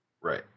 Right